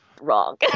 wrong